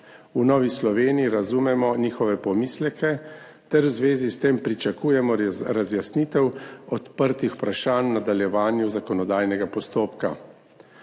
V Novi Sloveniji razumemo njihove pomisleke ter v zvezi s tem pričakujemo razjasnitev odprtih vprašanj v nadaljevanju zakonodajnega postopka.